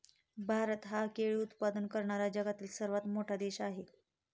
भारत हा केळी उत्पादन करणारा जगातील सर्वात मोठा देश आहे